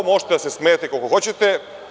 Možete da se smejete koliko hoćete.